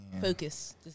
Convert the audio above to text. Focus